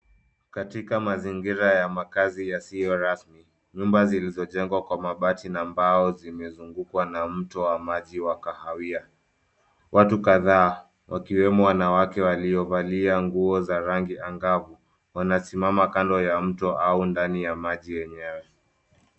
Katika mazingira ya makazi yasiyo rasmi, nyumba zilizojengwa kwa mabati na mbao zimezugukwa na mto wa maji wa kahawia. Watu kadhaa, wakiwemo wanawake waliovalia nguo za rangi angavu wanasimama kando ya mto au ndani ya maji yenyewe.